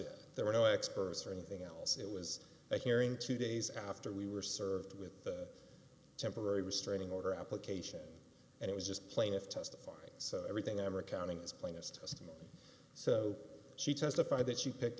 it there were no experts or anything else it was a hearing two days after we were served with a temporary restraining order application and it was just plaintiff testifying so everything i am accounting is plainest estimate so she testified that she picked